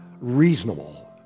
reasonable